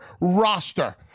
roster